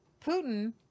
Putin